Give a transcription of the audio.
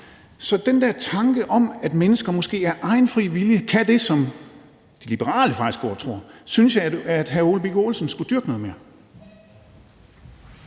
Så den der tanke om, at mennesker måske af egen fri vilje kan det, som de liberale faktisk går og tror, synes jeg at hr. Ole Birk Olesen skulle dyrke noget mere.